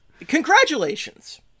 Congratulations